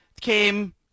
came